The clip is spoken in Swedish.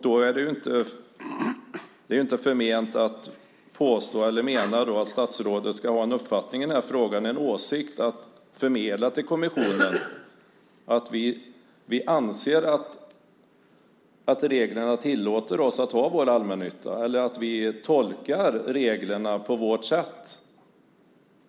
Då är det inte förment att mena att statsrådet ska ha en uppfattning i den här frågan, en åsikt att förmedla till kommissionen, nämligen att vi anser att reglerna tillåter oss att ha vår allmännytta eller att vi tolkar reglerna på vårt sätt.